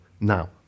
now